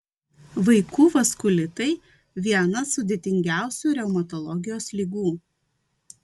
vaikų vaskulitai viena sudėtingiausių reumatologijos ligų